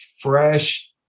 fresh